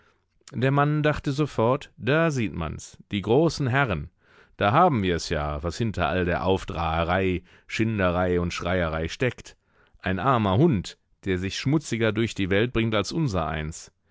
der mann dachte sofort da sieht man's die großen herren da haben wir's ja was hinter all der aufdraherei schinderei und schreierei steckt ein armer hund der sich schmutziger durch die welt bringt als unsereins